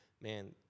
man